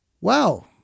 Wow